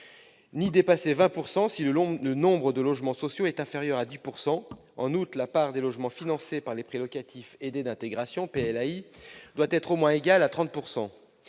sociaux, ou 20 % si le taux de logements sociaux est inférieur à 10 %. En outre, la part des logements financés par les prêts locatifs aidés d'intégration, les PLAI, doit être au moins égale à 30 %.